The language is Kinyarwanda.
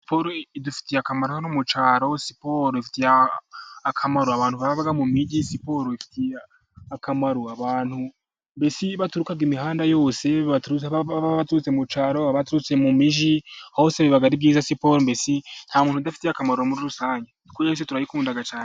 Siporo idufitiye akamaro hano mu cyaro, siporo ifitiye akamaro abantu baba mu mijyi, siporo ifitiye akamaro abantu mbese baturuka imihanda yose, baba baturutse mu cyaro, baba baturutse mu mijyi hose biba ari byiza, siporosi nta muntu idafitiye akamaro muri rusange. Twese turayikunda cyane.